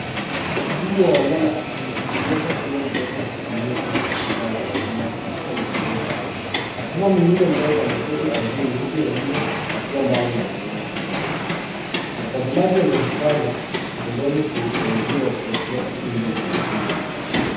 Muhudumu wa wanyama akimnyonyesha tembo kwa kutumia chupa kubwa ya maziwa katika mazingira ya wazi. Tembo mwingine mdogo ameketi ardhini huku wengine wakiwa mbali na wanaohudumiwa pia. Watazamaji wamejipanga pembeni ya uzio wakifuatilia tukio hilo kwa makini.